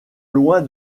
loin